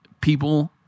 people